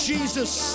Jesus